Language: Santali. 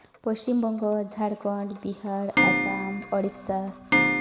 ᱯᱚᱥᱪᱤᱢᱵᱚᱝᱜᱚ ᱡᱷᱟᱲᱠᱷᱚᱸᱰ ᱵᱤᱦᱟᱨ ᱟᱥᱟᱢ ᱩᱲᱤᱥᱥᱟ